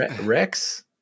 rex